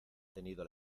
tenido